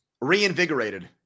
reinvigorated